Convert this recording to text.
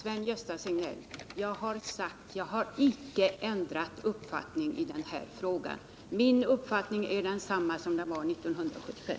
Herr talman! Jag har, Sven-Gösta Signell, sagt att jag inte har ändrat uppfattning i den här frågan. Min uppfattning är densamma i dag som 1975.